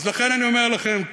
לכן אני אומר לכם,